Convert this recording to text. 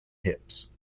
hips